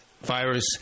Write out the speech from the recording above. virus